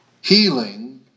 Healing